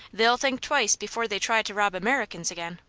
they'll think twice before they try to rob americans again.